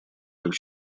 как